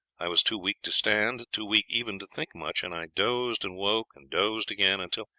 i was too weak to stand, too weak even to think much and i dozed and woke, and dozed again until,